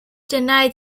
denied